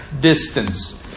distance